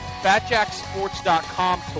FatJackSports.com